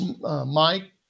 Mike